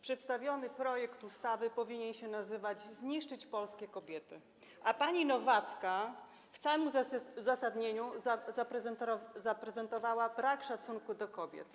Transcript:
Przedstawiony projekt ustawy powinien się nazywać „Zniszczyć polskie kobiety”, a pani Nowacka w całym uzasadnieniu zaprezentowała brak szacunku do kobiet.